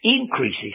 increases